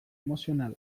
emozional